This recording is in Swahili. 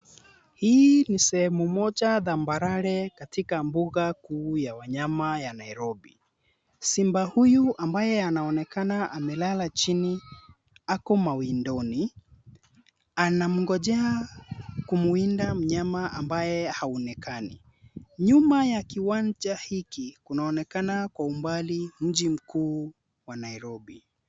Hii ni sehemu moja tambarare katika bunga kuu ya wanyama ya Nairobi. Simba huyu ambaye anaonekana amelala chini ako mawindoni. Anamgonjea kumwinda mnyama ambaye haonekani. Nyuma ya kiwanja hiki kunaonekana Kwa umbali mji mkuu wa Nairobi.